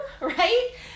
right